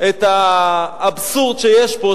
את האבסורד שיש פה,